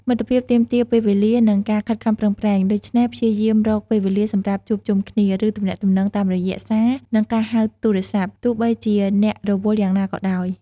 មិត្តភាពទាមទារពេលវេលា និងការខិតខំប្រឹងប្រែង ដូច្នេះព្យាយាមរកពេលវេលាសម្រាប់ជួបជុំគ្នា ឬទំនាក់ទំនងតាមរយៈសារ និងការហៅទូរស័ព្ទ ទោះបីជាអ្នករវល់យ៉ាងណាក៏ដោយ។